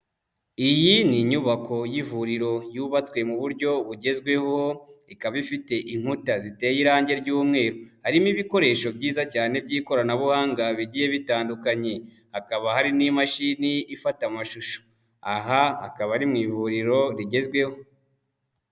Iyi ni inyubako y'ivuriro yubatswe mu buryo bugezweho. Ikaba ifite inkuta ziteye irangi ry'umweru harimo ibikoresho byiza cyane by'ikoranabuhanga bigiye bitandukanye. Hakaba hari n'imashini ifata amashusho, aha akaba ari mu ivuriro rigezweho.